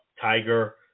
Tiger